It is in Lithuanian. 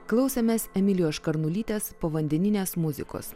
klausėmės emilijos škarnulytės povandeninės muzikos